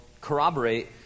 corroborate